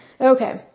Okay